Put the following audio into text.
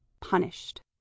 punished